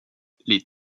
les